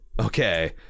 okay